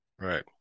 Right